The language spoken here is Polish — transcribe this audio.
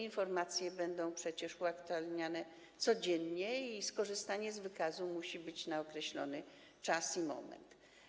Informacje będą przecież uaktualniane codziennie i skorzystanie z wykazu musi być na określony czas i moment.